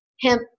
hemp